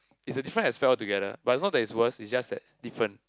is a different I feel together but is not that worst is just that different